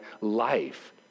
life